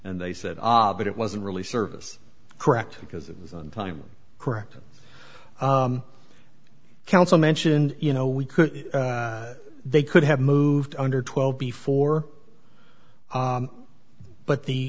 and they said ah but it wasn't really service correct because it was on time correct counsel mentioned you know we could they could have moved under twelve before but the